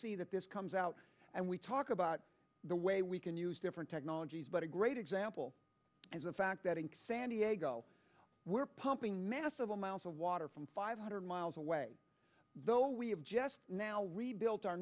see that this comes out and we talk about the way we can use different technologies but a great example is the fact that in san diego we're pumping massive amounts of water from five hundred miles away though we have just now rebuilt our